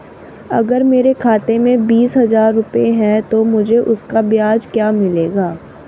अगर मेरे खाते में बीस हज़ार रुपये हैं तो मुझे उसका ब्याज क्या मिलेगा?